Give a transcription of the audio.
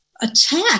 attack